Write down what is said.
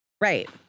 Right